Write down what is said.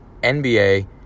NBA